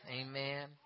Amen